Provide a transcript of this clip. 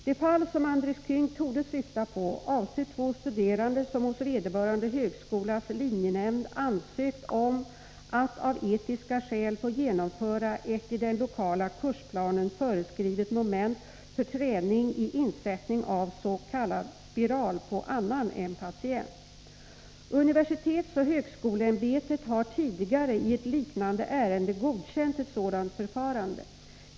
Det fall som Andres Käng torde syfta på avser två studerande som hos vederbörande högskolas linjenämnd ansökt om att av etiska skäl få genomföra ett i den lokala kursplanen föreskrivet moment för träning i insättning av s.k. spiral på annan än patient. Universitetsoch högskoleämbetet har tidigare i ett liknande fall godkänt ett sådant förfarande.